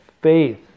faith